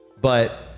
but-